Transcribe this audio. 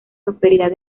prosperidad